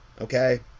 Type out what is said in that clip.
okay